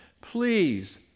please